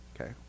okay